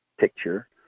Picture